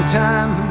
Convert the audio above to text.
time